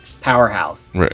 powerhouse